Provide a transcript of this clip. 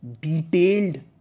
detailed